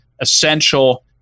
essential